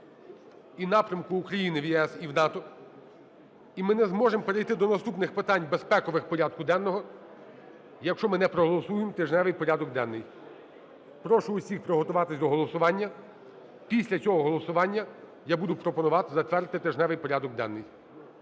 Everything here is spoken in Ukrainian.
і напрямку України в ЄС і НАТО, і ми не зможемо перейти до наступних питань, безпекових, порядку денного, якщо ми не проголосуємо тижневий порядок денний. Прошу усіх приготуватися до голосування, після цього голосування я буду пропонувати затвердити тижневий порядок денний.